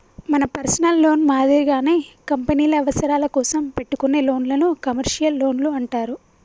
మన personal loan మాదిరిగానే కంపెనీల అవసరాల కోసం పెట్టుకునే లోన్లను కమర్షియల్ లోన్లు అంటారు